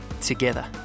together